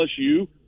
LSU